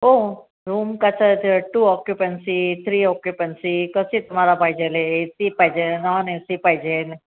हो रूम कसं ते टू ऑक्युपन्सी थ्री ऑक्युपन्सी कशी तुम्हाला पाहिजेल आहे ए सी पाहिजे नॉन ए सी पाहिजेल